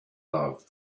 love